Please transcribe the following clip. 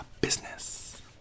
Business